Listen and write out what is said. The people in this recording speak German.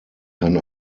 kann